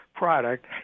product